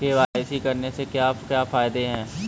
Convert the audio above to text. KYC करने के क्या क्या फायदे हैं?